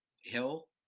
hill